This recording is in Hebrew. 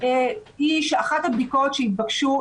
היא שאחת הבדיקות שהתבקשו,